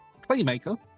playmaker